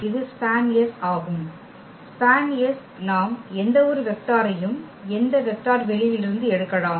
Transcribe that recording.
இது SPAN ஆகும் SPAN நாம் எந்த ஒரு வெக்டரையும் எந்த வெக்டர் வெளியிலிருந்து எடுக்கலாம்